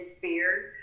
fear